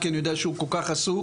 כי אני יודע שהוא כל כך עסוק,